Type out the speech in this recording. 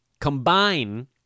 combine